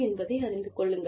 என்பதை அறிந்து கொள்ளுங்கள்